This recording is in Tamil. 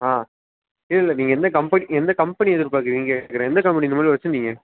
ஆ இல்லைல்ல நீங்கள் எந்த கம்பெனி எந்த கம்பெனி எதிர்பார்க்குறீங்கன்னு கேட்குறேன் எந்த கம்பெனி இதுக்கு முன்னாடி வச்சுருந்தீங்க